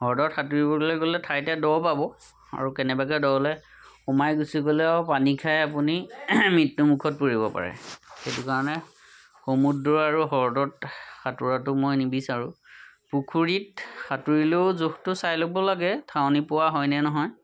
হ্ৰদত সাঁতুৰিবলৈ গ'লে ঠাইতে দ পাব আৰু কেনেবাকৈ দলৈ সোমাই গুচি গ'লে আৰু পানী খাই আপুনি মৃত্যুমুখত পৰিব পাৰে সেইটো কাৰণে সমুদ্ৰ আৰু হ্ৰদত সাঁতোৰাটো মই নিবিচাৰোঁ পুখুৰীত সাঁতুৰিলেও জোখটো চাই ল'ব লাগে ঠাৱনি পোৱা হয়নে নহয়